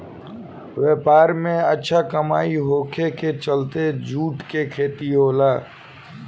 व्यापार में अच्छा कमाई होखे के चलते जूट के खेती होला